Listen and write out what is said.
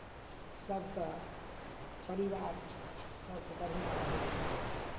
सभके परिवार छै सभके बढ़िआँ रहयके चाही